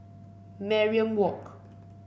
Mariam Walk